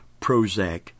Prozac